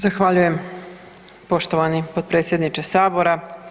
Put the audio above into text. Zahvaljujem poštovani potpredsjedniče sabora.